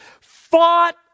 fought